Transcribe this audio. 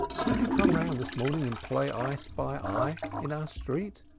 won't you come round this morning and play i-spy-i in our street?